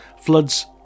floods